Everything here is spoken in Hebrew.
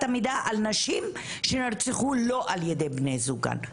המידע על נשים שנרצחו לא על ידי בני זוגן.